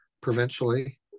provincially